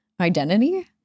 identity